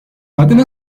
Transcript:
vadede